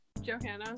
Johanna